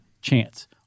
chance